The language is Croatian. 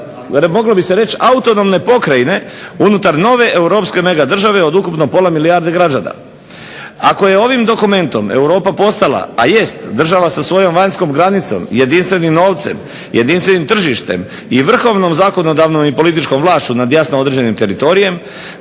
moglo bi se reći autonomne pokrajine unutar nove europske megadržave od ukupno pola milijarde građana. Ako je ovim dokumentom Europa postala, a jest država sa svojom vanjskom granicom, jedinstvenim novcem, jedinstvenim tržištem i vrhovnom zakonodavnom i političkom vlašću nad jasno određenim teritorijem,